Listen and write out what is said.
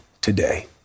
today